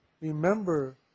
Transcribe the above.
Remember